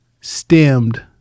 stemmed